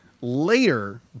later